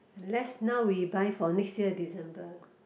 unless now we buy for next year December